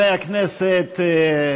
חברי הכנסת,